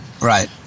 Right